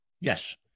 Yes